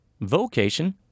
Vocation